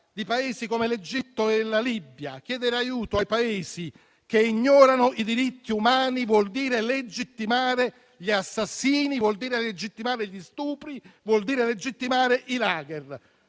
di Paesi come l'Egitto e la Libia. Chiedere aiuto ai Paesi che ignorano i diritti umani vuol dire legittimare gli assassini, vuol dire legittimare gli stupri, vuol dire legittimare i *lager*.